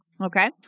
Okay